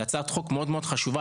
זו הצעת חוק מאוד חשובה,